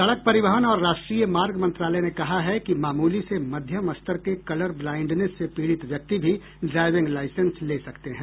सड़क परिवहन और राष्ट्रीय मार्ग मंत्रालय ने कहा है कि मामूली से मध्यम स्तर के कलर ब्लाइंडनेस से पीड़ित व्यक्ति भी ड्राइविंग लाइसेंस ले सकते हैं